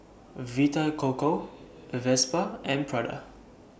Vita Coco Vespa and Prada